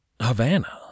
Havana